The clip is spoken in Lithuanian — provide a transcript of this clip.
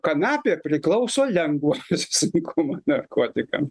kanapė priklauso lengvo sunkumo narkotikam